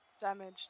damaged